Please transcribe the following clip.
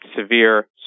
severe